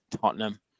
Tottenham